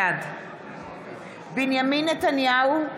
בעד בנימין נתניהו,